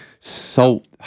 salt